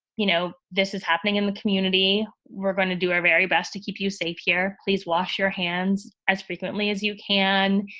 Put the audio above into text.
you know, this is happening in the community. we're going to do our very best to keep you safe here. please wash your hands as frequently as you can.